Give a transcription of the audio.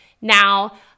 now